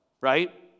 right